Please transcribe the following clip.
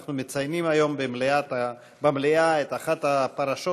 אנחנו מציינים היום במליאה את אחת הפרשות